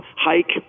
hike